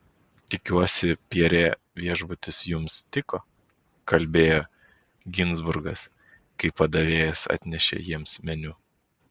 tikiuosi pierre viešbutis jums tiko kalbėjo ginzburgas kai padavėjas atnešė jiems meniu